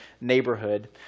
neighborhood